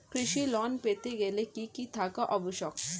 কৃষি ঋণ পেতে গেলে কি কি থাকা আবশ্যক?